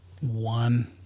one